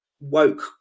woke